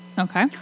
Okay